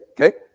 Okay